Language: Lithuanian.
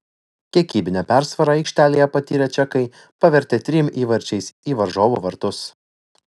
kiekybinę persvarą aikštėje patyrę čekai pavertė trim įvarčiais į varžovų vartus